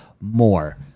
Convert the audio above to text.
more